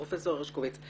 פרופ' הרשקוביץ,